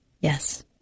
Yes